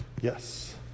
Yes